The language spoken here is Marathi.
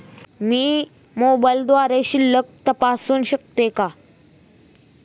मी मोबाइलद्वारे शिल्लक तपासू शकते का?